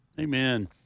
amen